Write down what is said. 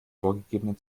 vorgegebenen